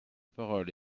parole